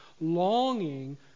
longing